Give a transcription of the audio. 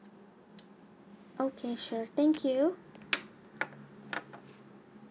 okay sure thank you